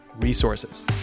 resources